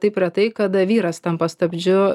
taip retai kada vyras tampa stabdžiu